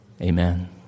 Amen